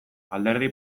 alderdi